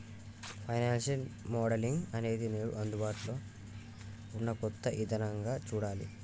financial modelling అనేది నేడు అందుబాటులో ఉన్న కొత్త ఇదానంగా చూడాలి